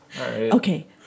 Okay